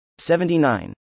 79